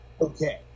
Okay